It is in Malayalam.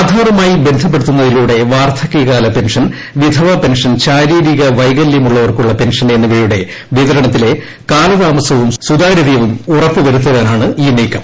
ആധാറുമായി ബന്ധപ്പെടുത്തുന്നതിലൂടെ വാർധകൃകാല പെൻഷൻ വിധവാ പെൻഷൻ ശാരീരിക വൈകല്യമുള്ളവർക്കുള്ള പെൻഷൻ എന്നിവയുടെ വിതരണത്തിലെ കാലതാമസവും സുതാര്യതയും ഉറപ്പ് വരുത്തുവാനാണ് ഈ നീക്കം